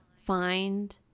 find